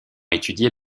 étudiée